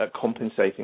compensating